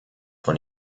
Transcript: von